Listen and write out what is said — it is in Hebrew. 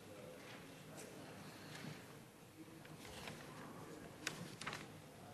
אדוני היושב-ראש,